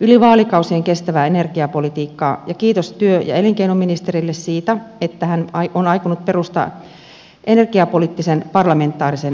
yli vaalikausien kestävää energiapolitiikkaa ja kiitos työ ja elinkeinoministerille siitä että hän on aikonut perustaa energiapoliittisen parlamentaarisen työryhmän